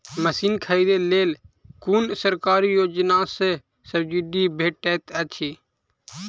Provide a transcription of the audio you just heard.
Machine खरीदे लेल कुन सरकारी योजना सऽ सब्सिडी भेटैत अछि?